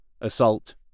Assault